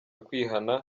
kwihana